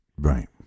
right